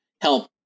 help